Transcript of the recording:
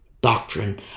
doctrine